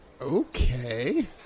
Okay